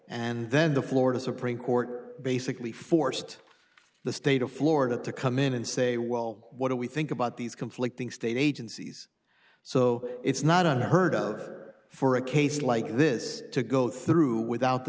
and then the florida supreme court basically forced the state of florida to come in and say well what do we think about these conflicting state agencies so it's not unheard of for a case like this to go through without the